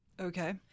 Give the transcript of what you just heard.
Okay